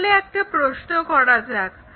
তাহলে একটা প্রশ্ন করা যাক